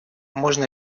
можно